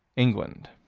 england.